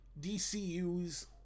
DCU's